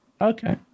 Okay